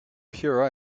pure